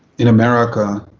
in america,